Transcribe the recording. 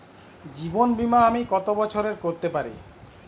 জীবন বীমা আমি কতো বছরের করতে পারি?